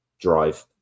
drive